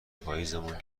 پاییزیمون